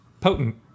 potent